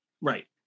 right